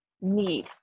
need